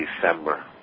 December